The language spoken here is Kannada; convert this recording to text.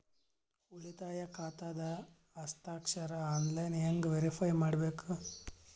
ಉಳಿತಾಯ ಖಾತಾದ ಹಸ್ತಾಕ್ಷರ ಆನ್ಲೈನ್ ಹೆಂಗ್ ವೇರಿಫೈ ಮಾಡಬೇಕು?